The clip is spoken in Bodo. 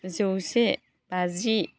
जौसे बाजि